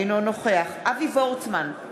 אינו נוכח אבי וורצמן,